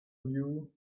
knew